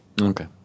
Okay